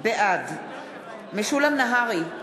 בעד משולם נהרי,